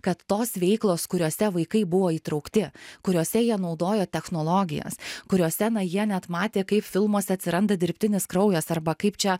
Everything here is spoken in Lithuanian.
kad tos veiklos kuriose vaikai buvo įtraukti kuriose jie naudojo technologijas kuriose na jie net matė kaip filmuose atsiranda dirbtinis kraujas arba kaip čia